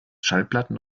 schallplatten